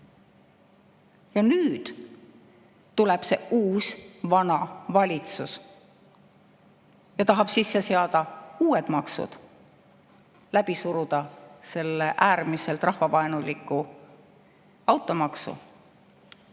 Nüüd tuleb uus vana valitsus ja tahab sisse seada uued maksud, läbi suruda äärmiselt rahvavaenuliku automaksu